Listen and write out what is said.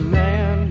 man